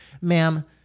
ma'am